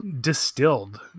Distilled